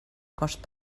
cost